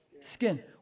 Skin